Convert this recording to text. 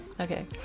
okay